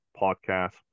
podcast